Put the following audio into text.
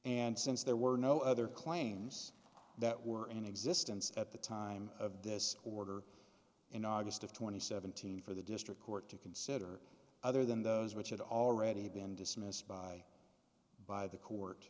and since there were no other claims that were in existence at the time of this order in august of two thousand and seventeen for the district court to consider other than those which had already been dismissed by by the court